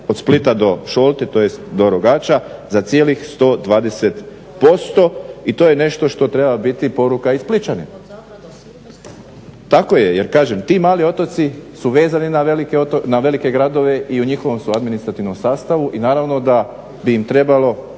od Splita do Šolte, tj. do Rogača za cijelih 120% i to je nešto što treba biti poruka i Splićanima. …/Upadica Lovrin, ne čuje se./… Tako je, jer kažem ti mali otoci su vezani na velike gradove i u njihovom su administrativnom sastavu i naravno da bi im trebalo